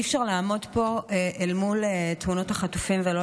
אי-אפשר לעמוד פה אל מול תמונות החטופים ולא